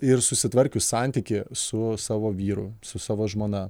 ir susitvarkius santykį su savo vyru su savo žmona